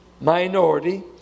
minority